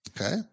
Okay